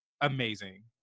amazing